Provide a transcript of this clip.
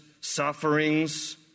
sufferings